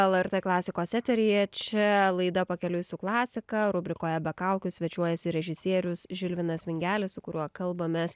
lrt klasikos eteryje čia laida pakeliui su klasika rubrikoje be kaukių svečiuojasi režisierius žilvinas vingelis su kuriuo kalbamės